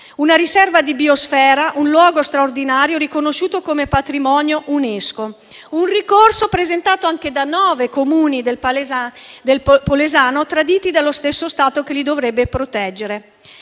una riserva di biosfera, un luogo straordinario riconosciuto come patrimonio UNESCO. Il ricorso è stato presentato anche da nove Comuni del Polesano, traditi dallo stesso Stato che li dovrebbe proteggere.